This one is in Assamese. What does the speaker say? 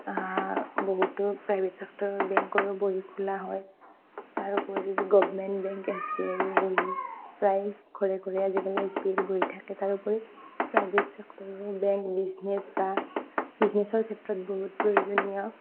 বহুতো প্ৰাইভেট চেক্টৰৰ বেংকৰ বহী খোলা হয় তাৰোপৰি গভমেণ্ট বেংক এচ বি আইৰো বহী প্ৰায় ঘৰে ঘৰে আজিকালি এচ বি আই ৰ বহী থাকে তাৰোপৰি প্ৰাইভেট চেক্টৰৰ বেংক বিজনেচ বা বিজনেচৰ ক্ষেত্ৰত বহুত প্ৰয়োজনীয়